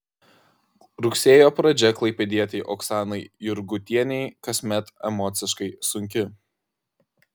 rugsėjo pradžia klaipėdietei oksanai jurgutienei kasmet emociškai sunki